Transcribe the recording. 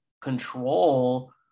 control